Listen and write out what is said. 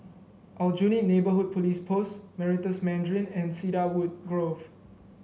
Aljunied Neighbourhood Police Post Meritus Mandarin and Cedarwood Grove